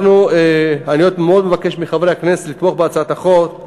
אני מאוד מבקש מחברי הכנסת לתמוך בהצעת החוק,